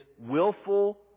willful